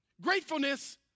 Gratefulness